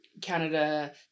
Canada